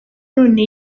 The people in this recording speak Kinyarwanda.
none